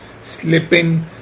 slipping